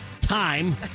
time